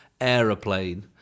aeroplane